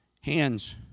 hands